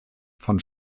von